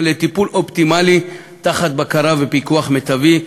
לטיפול אופטימלי תחת בקרה ופיקוח מיטבי,